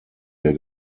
der